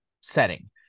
setting